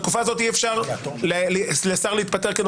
זאת תקופה ששר לא יכול להתפטר.